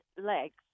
legs